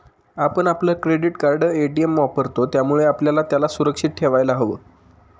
आपण आपलं credit card, ATM वापरतो, त्यामुळे आपल्याला त्याला सुरक्षित ठेवायला हव